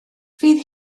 fydd